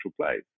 place